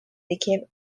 became